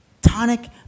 tonic